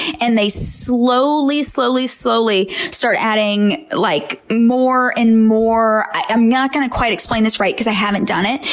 and they slowly, slowly, slowly start adding like more and more, i'm not going to quite explain this right, because i haven't done it,